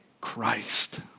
Christ